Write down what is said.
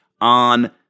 on